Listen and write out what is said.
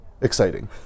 exciting